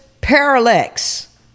parallax